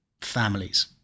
families